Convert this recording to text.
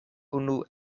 unu